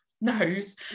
knows